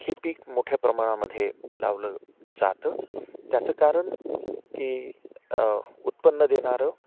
हे पीक मोठ्या प्रमाणामध्ये लावलं जातं त्याचं कारण की उत्पन्न देणारं